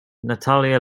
natalia